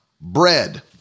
Bread